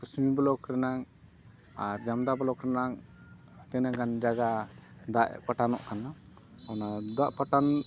Kasmi block ᱨᱮᱱᱟᱜ ᱟᱨ Jamda block ᱨᱮᱱᱟᱜ ᱛᱤᱱᱟᱹᱜ ᱜᱟᱱ ᱡᱟᱭᱜᱟ ᱫᱟᱜ ᱯᱟᱴᱟᱱᱚᱜ ᱠᱟᱱᱟ ᱚᱱᱟ ᱫᱟᱜ ᱯᱟᱴᱟᱱ